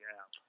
app